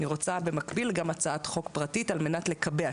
אני רוצה במקביל גם הצעת חוק פרטית על מנת לקבע.